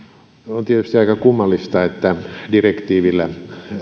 on tietysti aika kummallista että direktiivillä